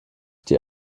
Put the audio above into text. die